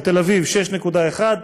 בתל-אביב זה 6.1,